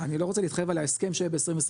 אני לא רוצה להתחייב על ההסכם שיהיה ב-2027,